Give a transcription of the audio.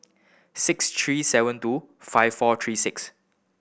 six three seven two five four three six